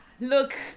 Look